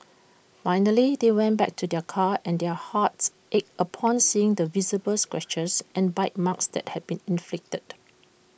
finally they went back to their car and their hearts ached upon seeing the visible scratches and bite marks that had been inflicted